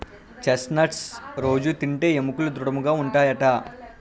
chest nuts రొజూ తింటే ఎముకలు దృడముగా ఉంటాయట